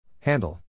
Handle